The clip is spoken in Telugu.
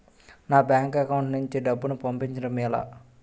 నా బ్యాంక్ అకౌంట్ నుంచి డబ్బును పంపించడం ఎలా?